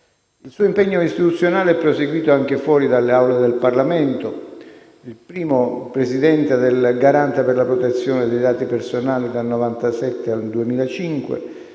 Il suo impegno istituzionale è proseguito anche fuori dalle Aule del Parlamento: primo presidente del Garante per la protezione dei dati personali dal 1997 al 2005;